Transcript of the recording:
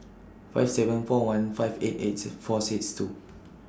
five seven four one five eight eight six four six two